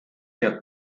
der